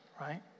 right